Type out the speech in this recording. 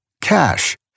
Cash